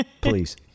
Please